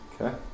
Okay